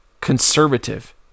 conservative